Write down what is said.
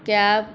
کیا آپ